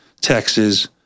Texas